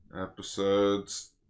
Episodes